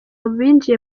binjiye